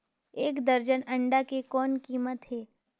एक दर्जन अंडा के कौन कीमत हे?